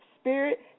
spirit